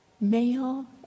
Male